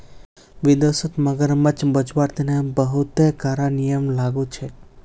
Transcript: विदेशत मगरमच्छ बचव्वार तने बहुते कारा नियम लागू छेक